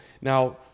now